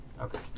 Okay